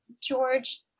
George